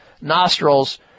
nostrils